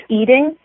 eating